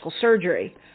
surgery